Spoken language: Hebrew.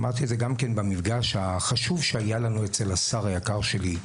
אמרתי את זה גם במפגש החשוב שהיה לנו אצל השר היקר שלי,